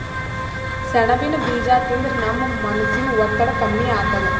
ಸೆಣಬಿನ್ ಬೀಜಾ ತಿಂದ್ರ ನಮ್ ಮನಸಿನ್ ಒತ್ತಡ್ ಕಮ್ಮಿ ಆತದ್